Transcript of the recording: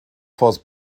force